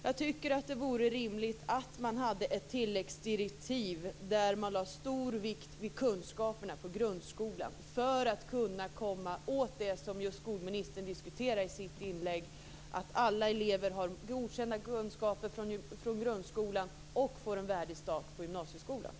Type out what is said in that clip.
Jag tycker att det vore rimligt att man hade ett tilläggsdirektiv, där man lade stor vikt vid kunskaperna på grundskolan, så att man kan komma åt det som skolministern diskuterar i sitt inlägg, att alla elever har godkända kunskaper från grundskolan och får en värdig start i gymnasieskolan.